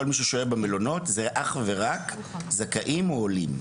כל מי ששוהה במלונות, זה אך ורק זכאים או עולים.